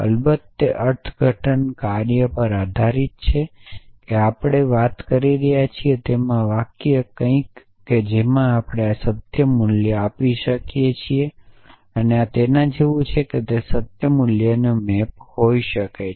અલબત્ત તે અર્થઘટન કાર્ય પર આધારીત છે કે આપણે વાત કરી રહ્યા છીએ તેથી એક વાક્ય કંઈક કે જેમાં આપણે સત્ય મૂલ્ય આપી શકીએ છીએ તે આ જેવા છે જે સત્ય મૂલ્યોના મૅપ હોઈ શકે છે